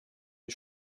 les